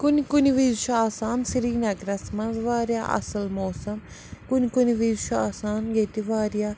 کُنہِ کُنہِ وِزِ چھُ آسان سِرینگرس منٛز وارِیاہ اصٕل موسم کُنہِ کُنہِ وِزِ چھُ آسان ییٚتہِ وارِیاہ